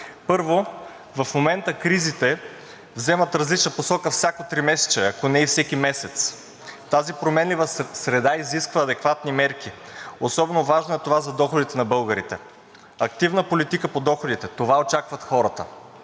Първо, в момента кризите вземат различна посока всяко тримесечие, ако не и всеки месец. Тази променлива среда изисква адекватни мерки, особено важно е това за доходите на българите. Активна политика по доходите, това очакват хората,